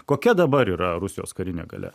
kokia dabar yra rusijos karinė galia